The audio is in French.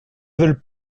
veulent